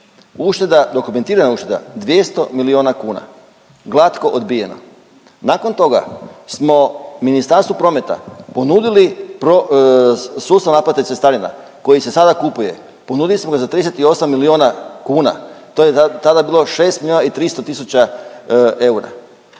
dokumentirana ušteda 200 milijuna kuna. Glatko odbijeno. Nakon toga smo ministarstvu prometa ponudili sustav naplate cestarina koji se sada kupuje, ponudili smo ga za 38 milijuna kuna, to je tada bilo 6 milijuna i 300 tisuća eura,